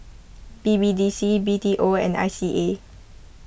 B B D C B T O and I C A